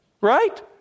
right